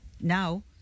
Now